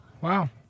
Wow